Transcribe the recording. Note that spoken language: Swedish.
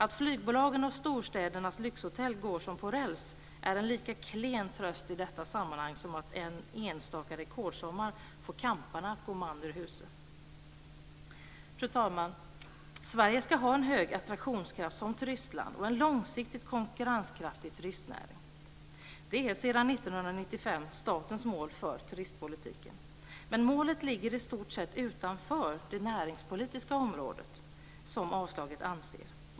Att flygbolagen och storstädernas lyxhotell går som på räls är en lika klen tröst i detta sammanhang som att en enstaka rekordsommar får camparna att gå man ur huse. Fru talman! Sverige ska ha en hög attraktionskraft som turistland och en långsiktigt konkurrenskraftig turistnäring. Det är sedan 1995 statens mål för turistpolitiken. Men målet ligger i stort sett utanför det näringspolitiska området, som anslaget avser.